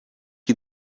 you